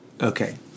Okay